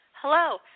Hello